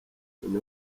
tonny